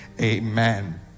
Amen